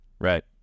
Right